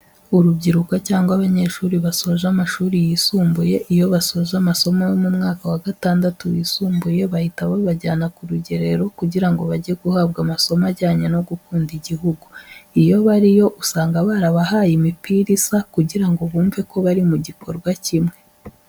Urubyiruko cyangwa abanyeshuri basoje amashuri yisumbuye, iyo basoje amasomo yo mu mwaka wa gatandatu wisumbuye bahita babajyana ku rugerero, kugira ngo bajye guhabwa amasomo ajyanye no gukunda igihugu. Iyo bariyo usanga barabahaye imipira isa kugira ngo bumve ko bari mu gikorwa kimwe.